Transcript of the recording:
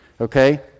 okay